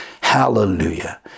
hallelujah